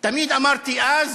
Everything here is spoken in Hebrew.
תמיד אמרתי אז,